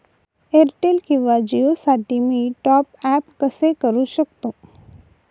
Airtel किंवा जिओसाठी मी टॉप ॲप कसे करु शकतो?